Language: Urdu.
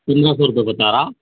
پندرہ سو روپئے بتا رہا